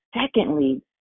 Secondly